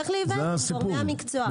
הוא צריך להיוועץ עם גורמי המקצוע.